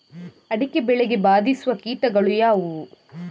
ಅಡಿಕೆ ಬೆಳೆಗೆ ಬಾಧಿಸುವ ಕೀಟಗಳು ಯಾವುವು?